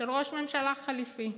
של ראש ממשלה חליפי.